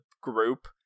group